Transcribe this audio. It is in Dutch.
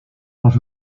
was